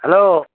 hello